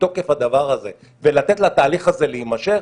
מתוקף הדבר הזה ולתת לתהליך הזה להימשך,